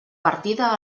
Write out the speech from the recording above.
partida